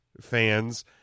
fans